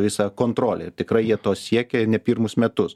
visą kontrolę tikrai jie to siekė ne pirmus metus